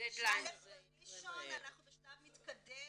בראשון-לציון אנחנו בשלב מתקדם,